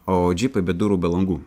o džipai be durų be langų